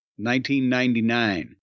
1999